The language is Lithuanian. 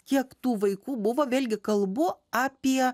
kiek tų vaikų buvo vėlgi kalbu apie